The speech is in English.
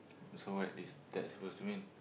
so what is that supposed to mean